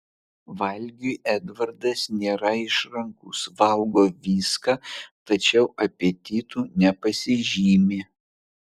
valgiui edvardas nėra išrankus valgo viską tačiau apetitu nepasižymi